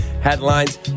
headlines